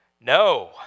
No